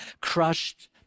crushed